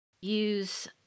use